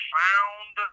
found